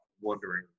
wondering